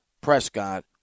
Prescott